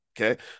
Okay